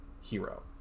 hero